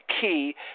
key